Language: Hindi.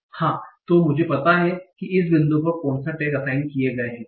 हां तो मुझे पता है कि इस बिंदु पर कौन से टैग असाइन किए गए हैं